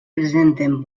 presenten